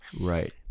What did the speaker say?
Right